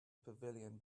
pavilion